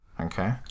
okay